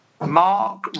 Mark